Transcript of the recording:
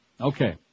Okay